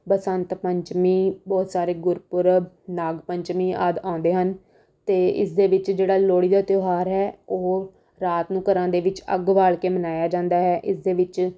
ਬਸੰਤ ਪੰਚਮੀ ਬਹੁਤ ਸਾਰੇ ਗੁਰਪੁਰਬ ਨਾਗ ਪੰਚਮੀ ਆਦਿ ਆਉਂਦੇ ਹਨ ਅਤੇ ਇਸ ਦੇ ਵਿੱਚ ਜਿਹੜਾ ਲੋਹੜੀ ਦਾ ਤਿਉਹਾਰ ਹੈ ਉਹ ਰਾਤ ਨੂੰ ਘਰਾਂ ਦੇ ਵਿੱਚ ਅੱਗ ਬਾਲ ਕੇ ਮਨਾਇਆ ਜਾਂਦਾ ਹੈ ਇਸ ਦੇ ਵਿੱਚ